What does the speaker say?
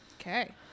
Okay